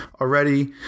already